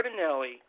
Cardinelli